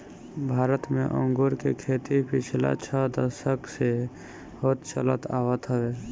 भारत में अंगूर के खेती पिछला छह दशक से होत चलत आवत हवे